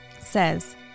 says